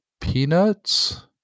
Peanuts